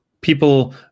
people